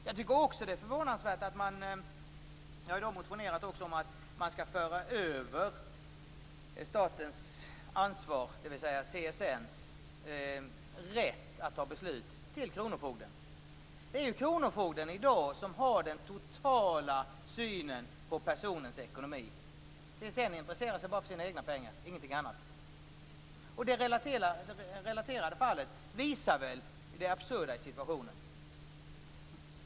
Jag har också motionerat om att statens ansvar, dvs. CSN:s rätt att fatta beslut, skall föras över till kronofogden. Det är ju kronofogden som i dag har den totala synen på personens ekonomi. CSN intresserar sig bara för sina egna pengar, ingenting annat. Det relaterade fallet visar väl det absurda i situationen.